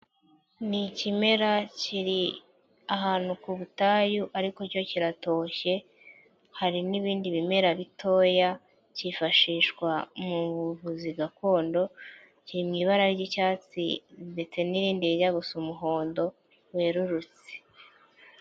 Ni ikimera kiri ahantu ku butayu ariko cyo kiratoshye hari n'ibindi bimera bitoya cyifashishwa mu buvuzi gakondo, kiri mu ibara ry'icyatsi ndetse n'irindi rijya gusa umuhondo werurutse.